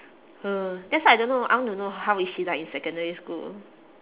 uh that's why I don't know I want to know how is she like in secondary school